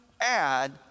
add